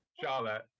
Charlotte